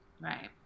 Right